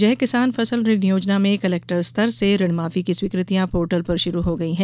जय किसान फसल ऋण योजना में कलेक्टर स्तर से ऋण माफी की स्वीकृतियाँ पोर्टल पर शुरू हो गई हैं